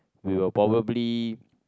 we will probably